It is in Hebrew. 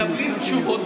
מקבלים תשובות,